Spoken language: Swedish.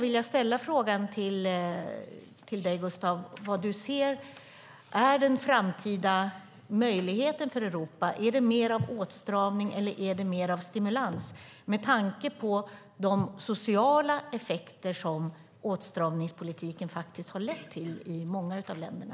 Vad ser du som den framtida möjligheten för Europa, Gustav - mer av åtstramning eller mer av stimulans? Jag ställer frågan med tanke på de sociala effekter som åtstramningspolitiken har lett till i många av länderna.